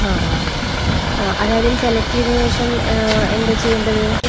ഹ ഹാ ആ അതാദ്യം സെലക്റ്റ് ചെയ്തിനുശേഷം എന്താണു ചെയ്യേണ്ടത്